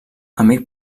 amic